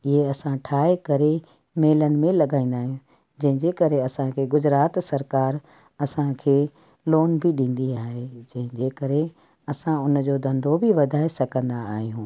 इहा असां ठाहे करे मेलनि में लॻाईंदा आहियूं जंहिंजे करे असांखे गुजरात सरकारु असांखे लोन बि ॾींदी आहे जंहिंजे करे असां उन जो धंधो बि वधाए सघंदा आहियूं